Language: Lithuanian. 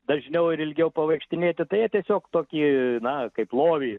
dažniau ir ilgiau pavaikštinėti tai jie tiesiog tokį na kaip lovį